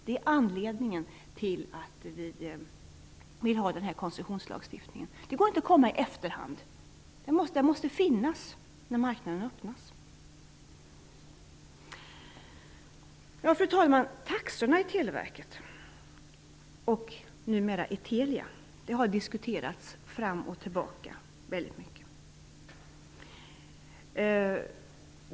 Det är anledningen till att vi vill ha denna koncessionslagstiftning. Den kan inte komma i efterhand. Den måste finnas när marknaden öppnas. Fru talman! Taxorna i Televerket, och numera i Telia, har diskuterats fram och tillbaka.